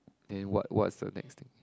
then what what's the next thing